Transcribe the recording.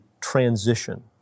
transition